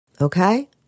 Okay